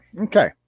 Okay